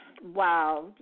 Wow